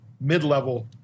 mid-level